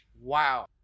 Wow